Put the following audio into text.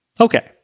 Okay